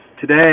today